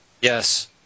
Yes